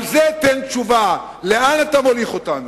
על זה תן תשובה, לאן אתה מוליך אותנו?